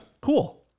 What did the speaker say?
cool